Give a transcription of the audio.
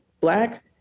Black